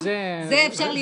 על זה אפשר להתגבר.